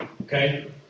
okay